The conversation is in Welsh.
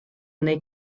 neu